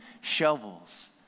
shovels